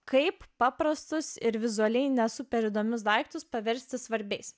kaip paprastus ir vizualiai ne super įdomius daiktus paversti svarbiais